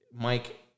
Mike